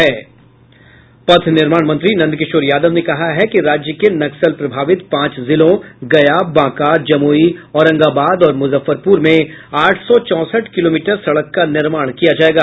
पथ निर्माण मंत्री नंदकिशोर यादव ने कहा है राज्य के नक्सल प्रभावित पांच जिलों गया बांका जमुई औरंगाबाद और मुजफ्फरपुर में आठ सौ चौंसठ किलोमीटर सड़क का निर्माण किया जायेगा